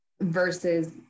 versus